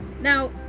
Now